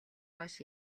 хойш